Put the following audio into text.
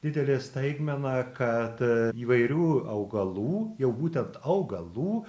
didelė staigmena kad įvairių augalų jau būtent augalų